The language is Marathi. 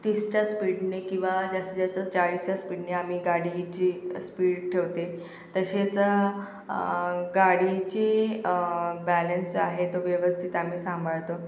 तीसच्या स्पीडने किंवा जास्तीत जास्त चाळीसच्या स्पीडने आम्ही गाडीची स्पीड ठेवते तसेच गाडीची बॅलन्स आहे तो व्यवस्थित आम्ही सांभाळतो